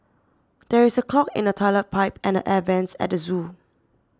there is a clog in the Toilet Pipe and the Air Vents at the zoo